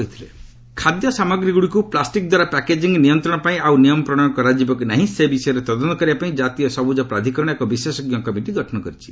NGT plastic packaging ଖାଦ୍ୟ ସାମଗ୍ରୀଗଡ଼ିକୁ ପ୍ଲାଷ୍ଟିକ୍ଦ୍ୱାରା ପ୍ୟାକେଜିଂ ନିୟନ୍ତ୍ରଣ ପାଇଁ ଆଉ ନିୟମ ପ୍ରଶୟନ କରାଯିବ କି ନାହିଁ ସେ ବିଷୟରେ ତଦନ୍ତ କରିବାପାଇଁ ଜାତୀୟ ସବୁଜ ପ୍ରାଧ୍କରଣ ଏକ ବିଶେଷଜ୍ଞ କମିଟି ଗଠନ କରିଛି